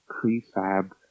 Prefab